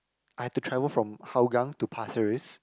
I had to travel from Hougang to pasir-ris